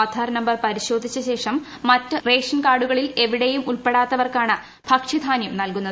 Aadhaar number പരിശോധിച്ചശേഷം മറ്റ് ration കാർഡുകളിൽ എവിടെയും ഉൾപ്പെടാത്തവർക്കാണ് ഭക്ഷ്യധാന്യം നൽകുന്നത്